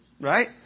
Right